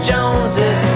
Joneses